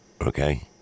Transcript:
Okay